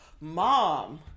Mom